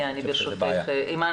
אני רוצה להודות לך אימאן